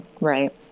right